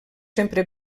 sempre